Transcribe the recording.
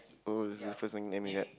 oh that was the first nickname that you get